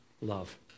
love